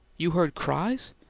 you heard cries?